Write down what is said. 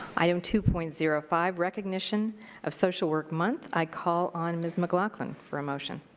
item two point zero five, recognition of social work month. i call on ms. mclaughlin for a motion.